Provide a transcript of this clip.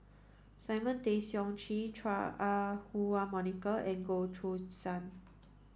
Simon Tay Seong Chee Chua Ah Huwa Monica and Goh Choo San